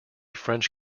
french